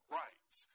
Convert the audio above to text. rights